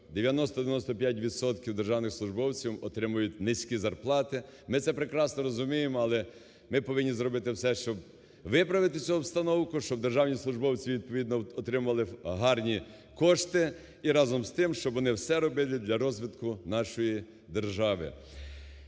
державних службовців отримують низьку зарплати. Ми це прекрасно розуміємо, але ми повинні зробити, щоб виправити цю обстановку, щоб державні службовці відповідно отримували гарні кошти і разом з тим, щоб вони все робили для розвитку нашої держави.